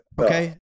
Okay